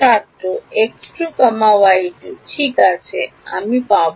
ছাত্র x2 y2 ঠিক তাই আমি পাবো